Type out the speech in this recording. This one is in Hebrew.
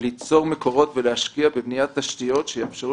ליצור מקורות ולהשפיע בבניית תשתיות שיאפשרו